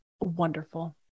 wonderful